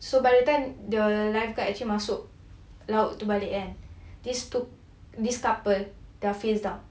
so by the time the lifeguard actually masuk laut tu balik kan this couple dah face down